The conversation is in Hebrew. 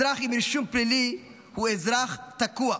אזרח עם רישום פלילי הוא אזרח תקוע,